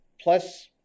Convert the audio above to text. plus